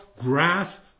grass